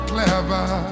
Clever